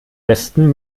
besten